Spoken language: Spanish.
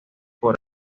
por